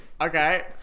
Okay